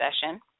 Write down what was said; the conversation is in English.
session